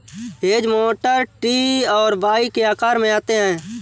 hedge mower T और Y के आकार में आते हैं